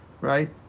right